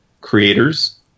creators